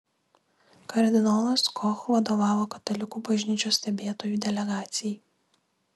kardinolas koch vadovavo katalikų bažnyčios stebėtojų delegacijai